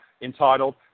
entitled